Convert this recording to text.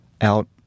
out